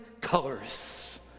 colors